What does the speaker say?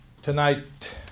Tonight